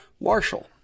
Marshall